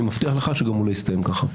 אני מבטיח לך שהוא גם לא יסתיים ככה.